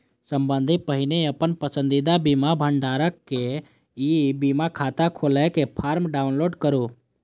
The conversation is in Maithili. सबसं पहिने अपन पसंदीदा बीमा भंडारक ई बीमा खाता खोलै के फॉर्म डाउनलोड करू